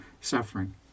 suffering